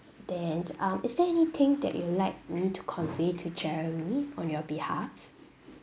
then um is there anything that you would like me to convey to jeremy on your behalf